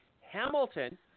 Hamilton